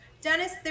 Dennis